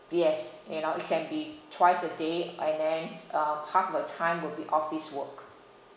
yes you know it can be twice a day and then um half of the time will be office work